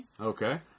Okay